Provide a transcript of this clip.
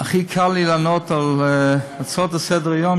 הכי קל לי לענות על הצעה לסדר-היום,